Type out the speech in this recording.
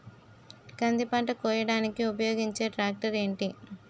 కంది పంట కోయడానికి ఉపయోగించే ట్రాక్టర్ ఏంటి?